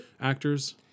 actors